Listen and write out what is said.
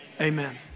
amen